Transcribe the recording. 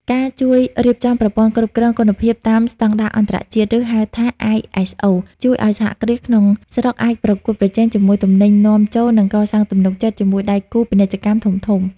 ការជួយរៀបចំប្រព័ន្ធគ្រប់គ្រងគុណភាពតាមស្ដង់ដារអន្តរជាតិ ( ឬ ហៅថា ISO) ជួយឱ្យសហគ្រាសក្នុងស្រុកអាចប្រកួតប្រជែងជាមួយទំនិញនាំចូល និងកសាងទំនុកចិត្តជាមួយដៃគូពាណិជ្ជកម្មធំៗ។